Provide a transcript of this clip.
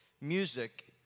music